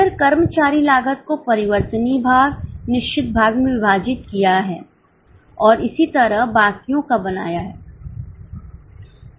फिर कर्मचारी लागत को परिवर्तनीय भाग निश्चित भाग में विभाजित किया है और इसी तरह बाकियों का बनाया है